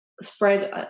spread